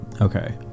okay